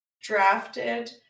drafted